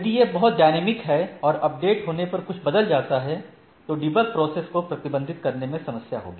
यदि यह बहुत डायनामिक है और अपडेट होने पर कुछ बदल जाता है तो डीबग प्रोसेस को प्रबंधित करने में समस्या होगी